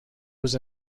was